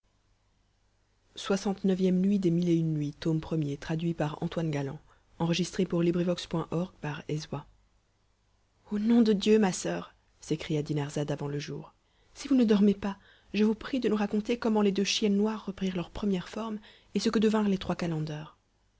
au nom de dieu ma soeur s'écria dinarzade avant le jour si vous ne dormez pas je vous prie de nous raconter comment les deux chiennes noires reprirent leur première forme et ce que devinrent les trois calenders